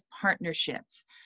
partnerships